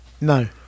No